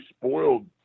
spoiled